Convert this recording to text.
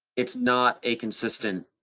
it's not a consistent,